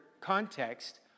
context